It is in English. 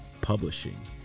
Publishing